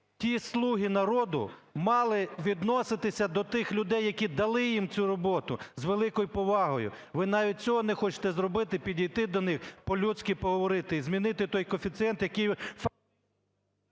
ті "слуги народу" мали відноситися до тих людей, які дали їм цю роботу, з великою повагою. Ви навіть цього не хочете зробити – підійти до них, по-людськи поговорити і змінити той коефіцієнт, який…